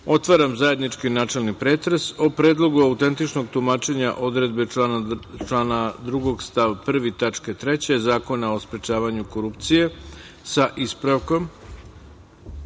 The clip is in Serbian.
otvaram Zajednički načelni pretres o Predlogu autentičnog tumačenja odredbe člana 2. stav 1. tačka 3. Zakona o sprečavanju korupcije, sa ispravkom